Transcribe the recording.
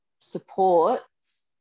supports